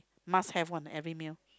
must have one every meal